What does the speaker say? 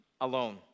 alone